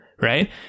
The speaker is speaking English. right